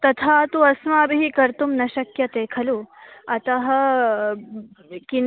तथा तु अस्माभिः कर्तुं न शक्यते खलु अतः ब् किम्